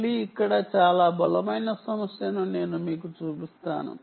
మళ్ళీ ఇక్కడ చాలా బలమైన సమస్యను నేను మీకు చూపిస్తాను